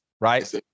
right